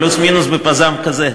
פלוס מינוס בפז"ם כזה.